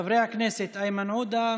חברי הכנסת איימן עודה,